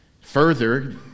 Further